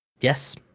Yes